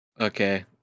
Okay